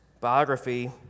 biography